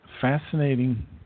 fascinating